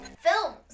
Films